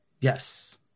Yes